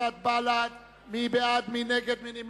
קבוצת סיעת בל"ד וקבוצת סיעת מרצ לסעיף